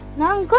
nine